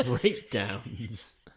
Breakdowns